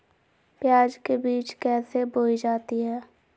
प्याज के बीज कैसे बोई जाती हैं?